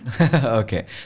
Okay